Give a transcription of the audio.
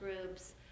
groups